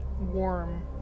warm